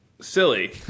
silly